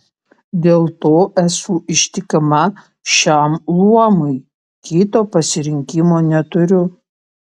dėl to esu ištikima šiam luomui kito pasirinkimo neturiu